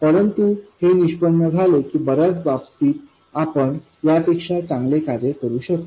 परंतु हे निष्पन्न झाले की बर्याच बाबतीत आपण यापेक्षा चांगले कार्य करू शकतो